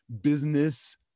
business